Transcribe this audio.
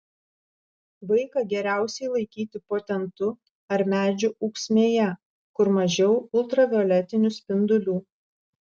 vaiką geriausiai laikyti po tentu ar medžių ūksmėje kur mažiau ultravioletinių spindulių